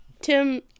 Tim